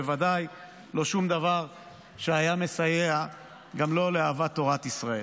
בוודאי לא שום דבר שהיה מסייע גם לאהבת תורת ישראל.